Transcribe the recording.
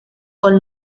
con